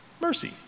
mercy